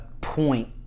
point